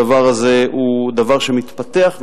הדבר הזה הוא דבר שמתפתח,